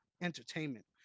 entertainment